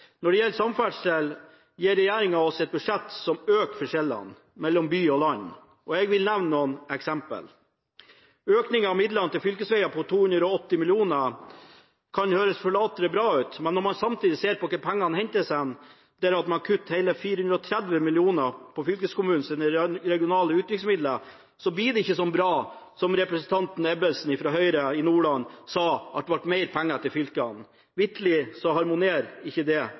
Når det gjelder samferdsel, gir regjeringa oss et budsjett som øker forskjellene mellom by og land. Jeg vil nevne noen eksempler. Økninga av midlene til fylkesveier på 280 mill. kr kan høres tilforlatelig og bra ut, men når man ser på hvor pengene hentes hen, at man samtidig kutter hele 430 mill. kr på fylkeskommunenes regionale utviklingsmidler, blir det ikke så bra som representanten Ebbesen fra Høyre og Nordland sa, at det ble mer penger til fylkene. Vitterlig harmonerer ikke det